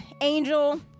Angel